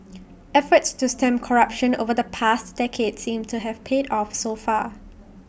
efforts to stem corruption over the past decade seem to have paid off so far